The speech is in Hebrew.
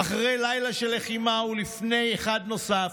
"אחרי לילה, של לחימה ולפני אחד נוסף,